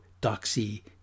Doxy